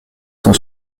son